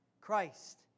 Christ